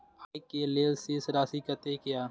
आय के लेल शेष राशि कतेक या?